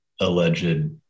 alleged